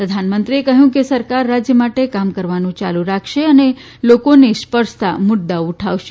પ્રધાનમંત્રએ કહ્યું કે સરકાર રાજ્ય માટે કામ કરવાનું ચાલુ રાખશે અને લોકોને સ્પર્શતા મુદ્દાઓ ઉઠાવશે